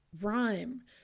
rhyme